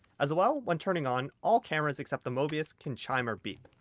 as well, while turning on all cameras except the mobius can chime or beep.